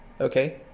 okay